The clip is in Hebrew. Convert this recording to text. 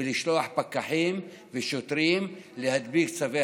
בלשלוח פקחים ושוטרים להדביק צווי